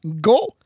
go